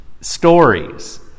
stories